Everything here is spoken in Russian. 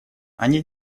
они